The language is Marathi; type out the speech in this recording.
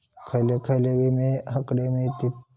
खयले खयले विमे हकडे मिळतीत?